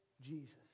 Jesus